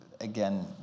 again